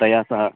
तया सह